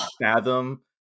fathom